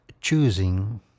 choosing